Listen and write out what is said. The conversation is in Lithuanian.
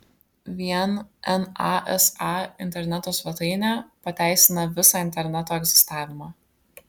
vien nasa interneto svetainė pateisina visą interneto egzistavimą